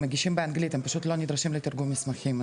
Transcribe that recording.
פשוט מגישים את התעודות באנגלית ולא נדרשים לתרגום מסמכים,